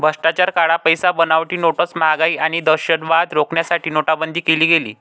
भ्रष्टाचार, काळा पैसा, बनावटी नोट्स, महागाई आणि दहशतवाद रोखण्यासाठी नोटाबंदी केली गेली